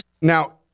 Now